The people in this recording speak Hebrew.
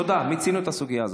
תודה, מיצינו את הסוגיה הזאת.